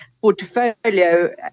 portfolio